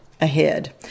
ahead